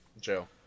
Joe